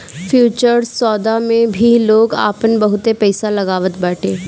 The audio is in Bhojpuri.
फ्यूचर्स सौदा मे भी लोग आपन बहुते पईसा लगावत बाटे